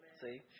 See